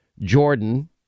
Jordan